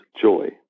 Joy